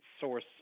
source